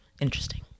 interesting